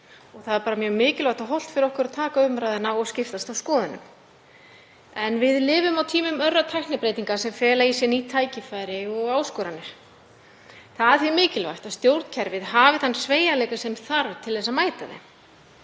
Það er mjög mikilvægt og hollt fyrir okkur að taka umræðuna og skiptast á skoðunum. Við lifum á tímum örra tæknibreytinga sem fela í sér ný tækifæri og áskoranir. Það er því mikilvægt að stjórnkerfið hafi þann sveigjanleika sem þarf til að mæta þeim.